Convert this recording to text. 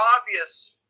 obvious